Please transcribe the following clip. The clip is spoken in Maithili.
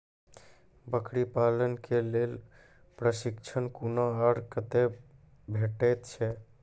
बकरी पालन के लेल प्रशिक्षण कूना आर कते भेटैत छै?